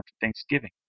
Thanksgiving